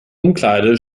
umkleide